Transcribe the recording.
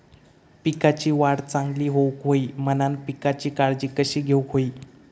पिकाची वाढ चांगली होऊक होई म्हणान पिकाची काळजी कशी घेऊक होई?